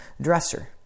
dresser